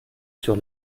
sur